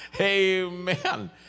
Amen